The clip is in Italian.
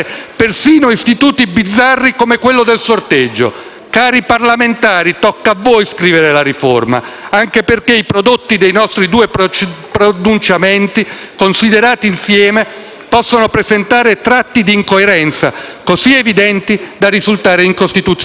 Cari parlamentari, tocca a voi scrivere la riforma. Anche perché i prodotti dei nostri due pronunciamenti, considerati insieme, possono presentare tratti di incoerenza così evidenti da risultare incostituzionali». Chi ha letto l'ultima sentenza della Corte sa,